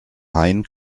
hein